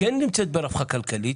וכן נמצאת ברווחה כלכלית.